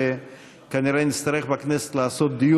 וכנראה נצטרך לעשות בכנסת,